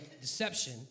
deception